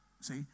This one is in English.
see